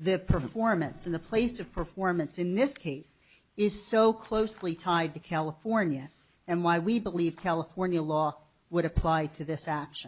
the performance in the place of performance in this case is so closely tied to california and why we believe california law would apply to th